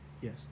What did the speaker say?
yes